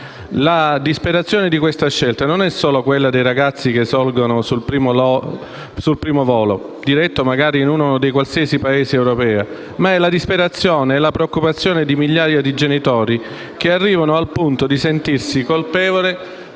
La disperazione di questa scelta non è solo quella dei ragazzi che salgono sul primo volo diretto magari in un qualsiasi Paese europeo, ma è la disperazione e la preoccupazione di migliaia di genitori che arrivano al punto di sentirsi colpevoli